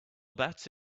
about